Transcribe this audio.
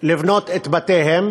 לבנות את בתיהם